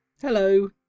Hello